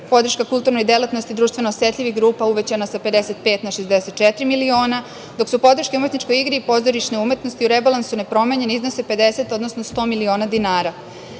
Podrška kulturnoj delatnosti društveno osetljivih grupa uvećana sa 55 na 64 miliona, dok su podrške u umetničkoj igri i pozorišne umetnosti u rebalansu nepromenjen iznose 50, odnosno 100 miliona dinara. Nešto